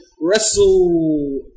Wrestle